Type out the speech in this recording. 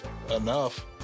Enough